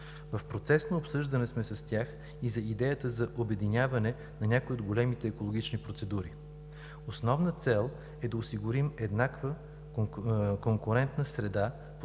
В процес на обсъждане сме с тях и за идеята за обединяване на някои от големите екологични процедури. Основната цел е да осигурим еднаква конкурентна среда,